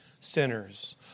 sinners